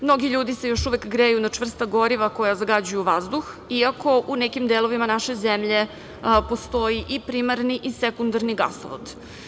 Mnogi ljudi se još uvek greju na čvrsta goriva koja zagađuju vazduh, iako u nekim delovima naše zemlje postoji i primarni i sekundarni gasovod.